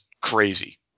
crazy